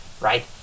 right